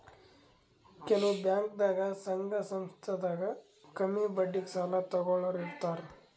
ಕೆಲವ್ ಬ್ಯಾಂಕ್ದಾಗ್ ಸಂಘ ಸಂಸ್ಥಾದಾಗ್ ಕಮ್ಮಿ ಬಡ್ಡಿಗ್ ಸಾಲ ತಗೋಳೋರ್ ಇರ್ತಾರ